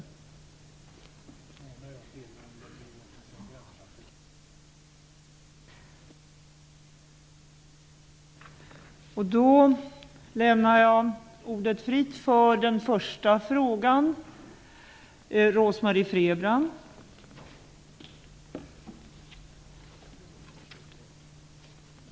Då är det fritt för den första frågan.